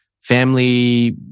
family